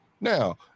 Now